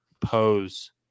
pose